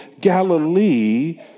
Galilee